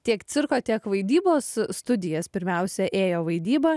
tiek cirko tiek vaidybos studijas pirmiausia ėjo vaidyba